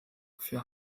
für